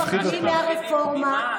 הם מפחדים מהרפורמה,